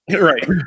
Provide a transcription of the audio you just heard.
Right